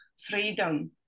freedom